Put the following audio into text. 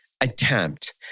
attempt